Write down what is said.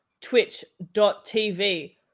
twitch.tv